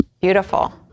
Beautiful